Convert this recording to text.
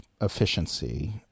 efficiency